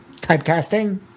typecasting